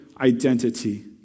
identity